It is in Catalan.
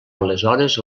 aleshores